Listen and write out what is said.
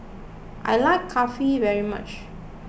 I like Kulfi very much